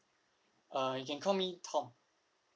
uh you can call me tom